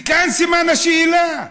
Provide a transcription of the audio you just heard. וכאן סימן השאלה,